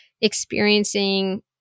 experiencing